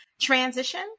transition